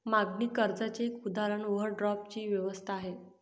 मागणी कर्जाच एक उदाहरण ओव्हरड्राफ्ट ची व्यवस्था आहे